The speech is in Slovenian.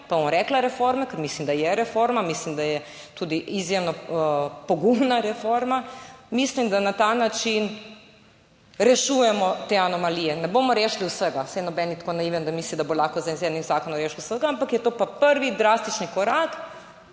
pa bom rekla, reforme, ker mislim, da je reforma, mislim, da je tudi izjemno pogumna reforma. Mislim, da na ta način rešujemo te anomalije. Ne bomo rešili vsega, saj noben ni tako naiven, da misli, da bo lahko zdaj z enim zakonom rešili vsega, ampak je to pa prvi drastični korak